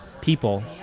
people